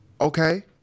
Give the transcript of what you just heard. Okay